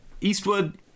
Eastwood